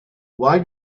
why